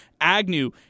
Agnew